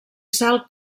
sal